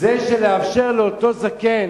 זה לאפשר לאותו זקן